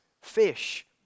fish